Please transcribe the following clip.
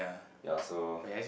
ya so